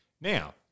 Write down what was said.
Now